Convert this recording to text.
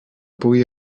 pugui